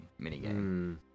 minigame